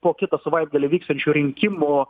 po kitą savaitgalį vyksiančių rinkimų